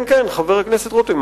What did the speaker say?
כן, כן, חבר הכנסת רותם.